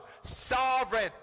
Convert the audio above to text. sovereign